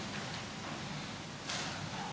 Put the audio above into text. Hvala vam